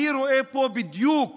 אני רואה פה בדיוק